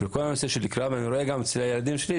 אני רואה גם אצל הילדים שלי,